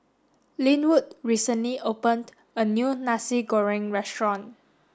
Linwood recently opened a new Nasi Goreng restaurant